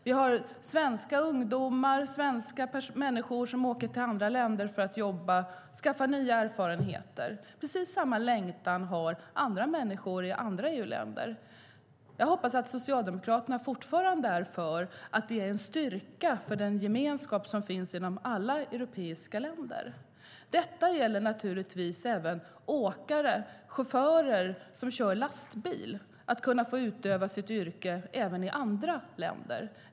Det är svenska ungdomar, svenska människor, som åker till andra länder för att jobba och skaffa nya erfarenheter. Precis samma längtan har andra människor i andra EU-länder. Jag hoppas att Socialdemokraterna fortfarande tycker att det är en styrka för den gemenskap som finns inom alla europeiska länder. Detta gäller naturligtvis även åkare och chaufförer som kör lastbil. Det handlar om att kunna få utöva sitt yrke även i andra länder.